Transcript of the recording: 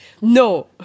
No